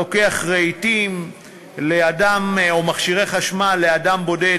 אני לוקח: רהיטים או מכשירי חשמל לאדם בודד,